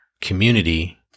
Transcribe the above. community